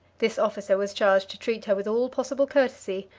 this officer was charged to treat her with all possible courtesy,